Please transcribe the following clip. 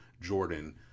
Jordan